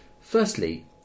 Firstly